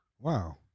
Wow